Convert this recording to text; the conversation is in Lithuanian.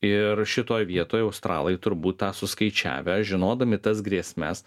ir šitoj vietoj australai turbūt tą suskaičiavę žinodami tas grėsmes